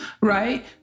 right